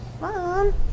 Mom